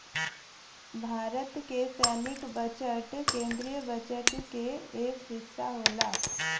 भारत क सैनिक बजट केन्द्रीय बजट क एक हिस्सा होला